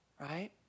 Right